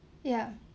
ya